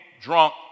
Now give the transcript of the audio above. drunk